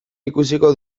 ikusiko